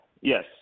Yes